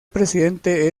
presidente